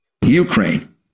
Ukraine